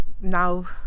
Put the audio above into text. now